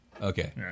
Okay